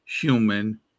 human